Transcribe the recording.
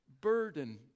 burden